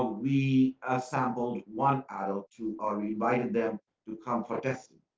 ah we assembled one i'll to ah remind them to come for testing.